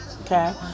okay